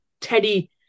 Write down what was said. teddy